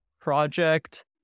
project